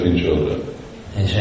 children